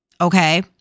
okay